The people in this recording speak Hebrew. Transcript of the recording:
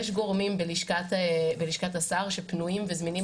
יש גורמים בלשכת השר שפנויים וזמינים